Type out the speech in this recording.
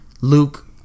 Luke